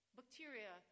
bacteria